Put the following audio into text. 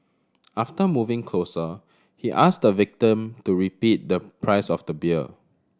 after moving closer he asked the victim to repeat the price of the beer